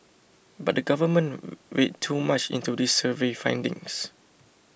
but the government read too much into these survey findings